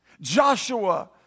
Joshua